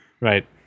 right